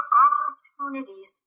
opportunities